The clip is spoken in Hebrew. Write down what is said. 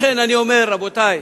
לכן אני אומר, רבותי,